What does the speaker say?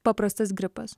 paprastas gripas